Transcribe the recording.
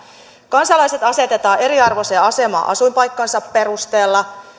kansalaiset asetetaan eriarvoiseen asemaan asuinpaikkansa perusteella